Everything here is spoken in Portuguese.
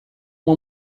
uma